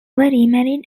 remarried